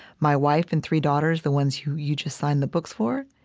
my wife and three daughters, the ones who you just signed the books for,